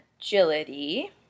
agility